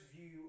view